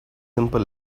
simple